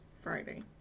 Friday